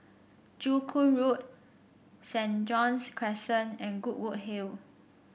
Joo Koon Road Saint John's Crescent and Goodwood Hill